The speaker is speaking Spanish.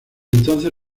entonces